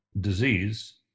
disease